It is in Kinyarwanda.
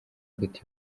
hagati